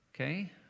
Okay